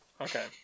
Okay